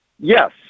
Yes